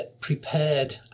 prepared